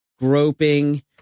groping